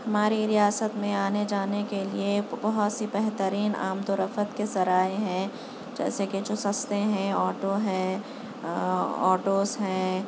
ہماری ریاست میں آنے جانے کے لیے بہت سی بہترین آمدورفت کے ذرائع ہیں جیسے کہ جو سستے ہیں آٹو ہیں آٹوز ہیں